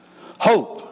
Hope